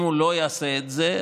אם הוא לא יעשה את זה,